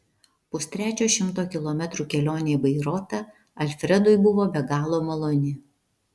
pustrečio šimto kilometrų kelionė į bairoitą alfredui buvo be galo maloni